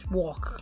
walk